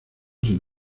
sin